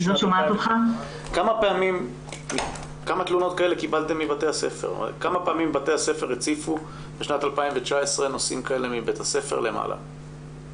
כמה פעמים בתי הספר הציפו בשנת 2019 נושאים כאלה מבית הספר למעלה?